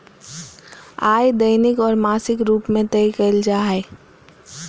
आय दैनिक और मासिक रूप में तय कइल जा हइ